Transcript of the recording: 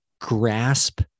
grasp